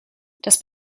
das